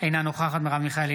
אינה נוכחת מרב מיכאלי,